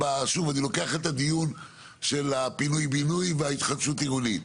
שוב אני לוקח את הדיון של הפינוי בינוי וההתחדשות עירונית,